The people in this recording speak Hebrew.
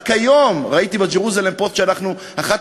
רק היום ראיתי ב"ג'רוזלם פוסט" שאנחנו אחת